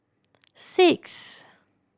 six